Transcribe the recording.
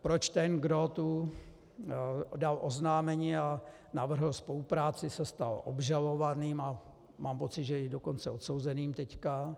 Proč ten, kdo dal oznámení a navrhl spolupráci, se stal obžalovaným a mám pocit, že i dokonce odsouzeným teď.